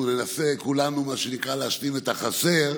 אנחנו ננסה כולנו, מה שנקרא, להשלים את החסר,